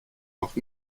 noch